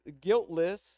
guiltless